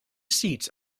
seats